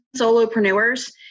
solopreneurs